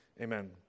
Amen